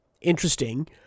interesting